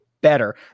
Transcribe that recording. better